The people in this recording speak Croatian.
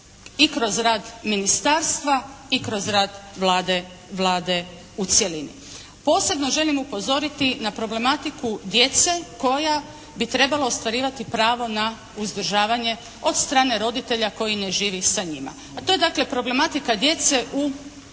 i kroz rad ministarstva i kroz rad Vlade u cjelini. Posebno želim upozoriti na problematiku djece koja bi trebala ostvarivati pravo na uzdržavanje od strane roditelja koji ne živi sa njima, a to je dakle problematika djece u